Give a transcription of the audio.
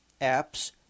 apps